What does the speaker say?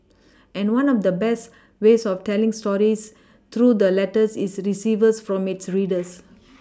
and one of the best ways of telling stories through the letters it receives from its readers